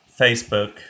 facebook